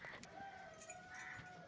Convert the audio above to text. खडे मी जास्त किमतीत कांदे विकू शकतय?